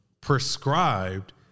Prescribed